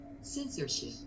Censorship